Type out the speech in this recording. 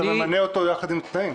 אתה ממנה אותו יחד עם תנאים.